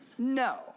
No